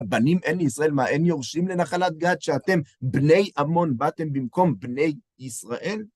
הבנים אין לישראל מה, אין יורשים לנחלת גד, שאתם בני עמון, באתם במקום בני ישראל?